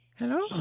hello